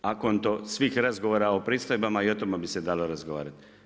A konto svih razgovora o pristojbama i o tome bi se dalo razgovarati.